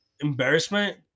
embarrassment